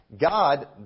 God